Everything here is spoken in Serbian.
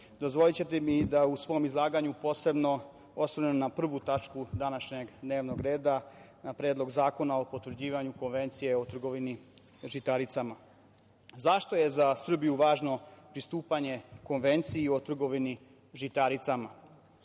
dozvolićete mi da se u svom izlaganju posebno osvrnem na prvu tačku današnjeg dnevnog reda, na Predlog zakona o potvrđivanju Konvencije o trgovini žitaricama.Zašto je za Srbiju važno pristupanju Konvenciji o trgovini žitaricama?